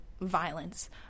violence